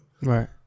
Right